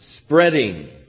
spreading